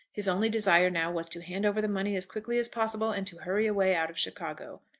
his only desire now was to hand over the money as quickly as possible, and to hurry away out of chicago.